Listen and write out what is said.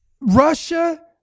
Russia